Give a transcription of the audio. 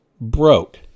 broke